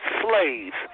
slaves